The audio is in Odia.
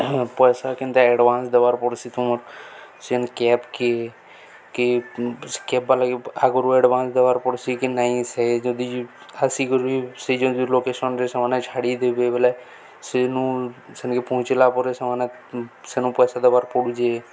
ପଇସା କେନ୍ତା ଆଡ଼ଭାନ୍ସ ଦେବାର୍ ପଡ଼ସି ତୁମର ସେନ୍ କ୍ୟାବ୍ କିଏ କି କ୍ୟାବବା ଲାଗି ଆଗରୁ ଆଡ଼ଭାନ୍ସ ଦେବାର୍ ପଡ଼ସି କି ନାଇଁ ସେ ଯଦି ଆସି କରିବ ସେ ଯ ଲୋକେସନରେ ସେମାନେ ଛାଡ଼ି ଦେବେ ବଲେ ସେନୁ ସେନକେ ପହଞ୍ଚିଲା ପରେ ସେମାନେ ସେନୁ ପଇସା ଦେବାର୍ ପଡ଼ୁଚେ